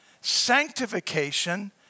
sanctification